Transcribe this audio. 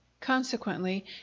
Consequently